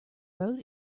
road